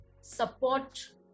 support